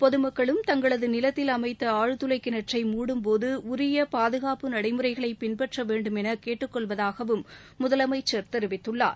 பொது மக்களும் தங்களது நிலத்தில் அமைத்த ஆழ்துளை கிணற்றை முடும்போது உரிய பாதுகாப்பு நடைமுறைகளை பின்பற்ற வேண்டும் என அன்புடன் கேட்டுக்கொள்வதாகவும் முதலமைச்சர் தெரிவித்துள்ளார்